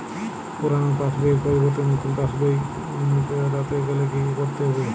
পুরানো পাশবইয়ের পরিবর্তে নতুন পাশবই ক রতে গেলে কি কি করতে হবে?